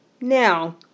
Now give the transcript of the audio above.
Now